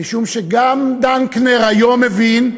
משום שגם דנקנר היום מבין,